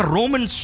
Roman